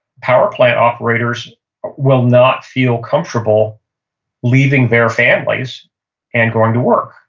power plant operators will not feel comfortable leaving their families and going to work.